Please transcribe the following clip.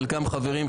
חלקם חברים,